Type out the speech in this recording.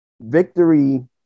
victory